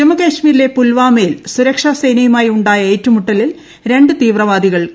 ജമ്മുകാശ്മീരിലെ പുൽവാമയിൽ സുരക്ഷാസേനയുമായി ഉണ്ടായ ഏറ്റുമുട്ടലിൽ രണ്ടു തീവ്രവാദികൾ കൊല്ലപ്പെട്ടു